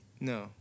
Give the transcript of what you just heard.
No